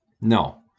No